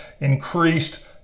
increased